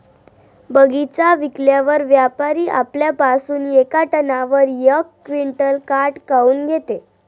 बगीचा विकल्यावर व्यापारी आपल्या पासुन येका टनावर यक क्विंटल काट काऊन घेते?